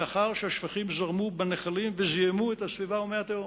לאחר שהשפכים זרמו בנחלים וזיהמו את הסביבה ומי התהום.